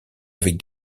avec